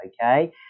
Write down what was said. okay